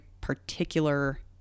particular